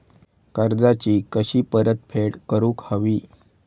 कर्जाची कशी परतफेड करूक हवी?